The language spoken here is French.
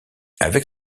avec